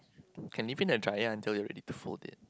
can leave in the dryer until we're ready to fold it